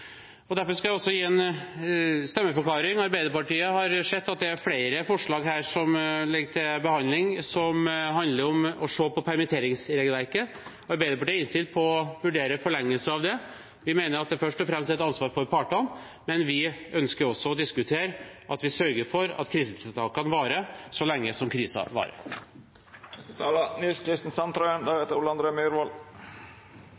Derfor skal jeg gi en stemmeforklaring. Arbeiderpartiet har sett at det er flere forslag som ligger til behandling her, som handler om å se på permitteringsregelverket. Arbeiderpartiet er innstilt på å vurdere forlengelse av det. Vi mener at det først og fremst er et ansvar for partene, men vi ønsker også å diskutere at vi sørger for at krisetiltakene varer så lenge